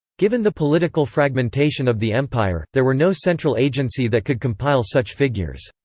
given the political fragmentation of the empire, there were no central agency that could compile such figures.